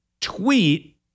tweet